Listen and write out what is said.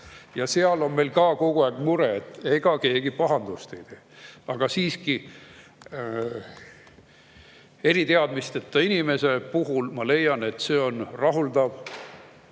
Ka seal on meil kogu aeg mure, et ega keegi pahandust ei tee. Aga siiski, eriteadmisteta inimesena ma leian, et see on reeglina